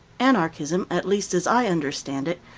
anarchism, at least as i understand it,